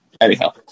Anyhow